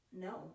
no